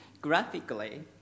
Graphically